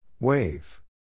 Wave